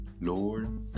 Lord